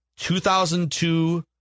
2002